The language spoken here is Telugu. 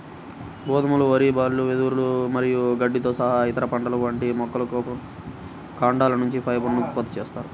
గోధుమలు, వరి, బార్లీ, వెదురు మరియు గడ్డితో సహా ఇతర పంటల వంటి మొక్కల కాండాల నుంచి ఫైబర్ ను ఉత్పత్తి చేస్తారు